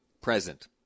present